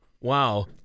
Wow